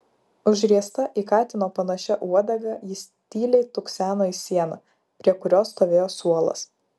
užriesta į katino panašia uodega jis tyliai tukseno į sieną prie kurios stovėjo suolas